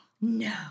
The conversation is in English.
no